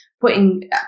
putting